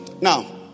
Now